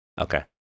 Okay